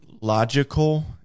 logical